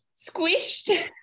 squished